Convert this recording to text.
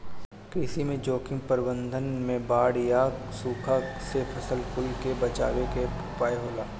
कृषि में जोखिम प्रबंधन में बाढ़ या सुखा से फसल कुल के बचावे के उपाय होला